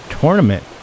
tournament